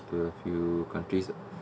to a few countries ah